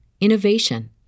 innovation